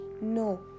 No